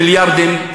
מיליארדים,